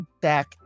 back